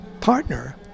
partner